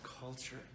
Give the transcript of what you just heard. culture